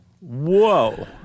whoa